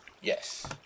Yes